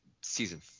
season